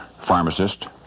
pharmacist